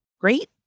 Great